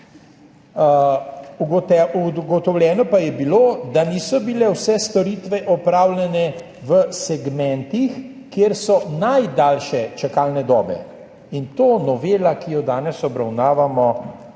Ugotovljeno pa je bilo, da niso bile vse storitve opravljene v segmentih, kjer so najdaljše čakalne dobe. In to novela, ki jo danes obravnavamo,